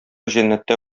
җәннәттә